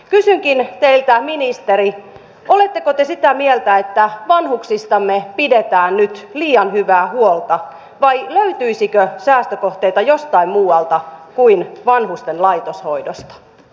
kysynkin teiltä ministeri oletteko te sitä mieltä että vanhuksistamme pidetään nyt liian hyvää huolta vai löytyisikö säästökohteita jostain muualta kuin vanhusten laitoshoidosta